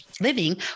living